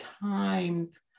times